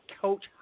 coach